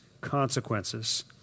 consequences